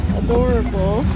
adorable